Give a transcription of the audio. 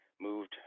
moved